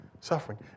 suffering